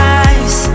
eyes